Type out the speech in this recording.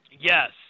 Yes